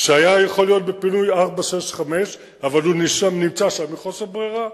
שהיה יכול להיות בפינוי 465 אבל הוא נמצא שם מחוסר ברירה,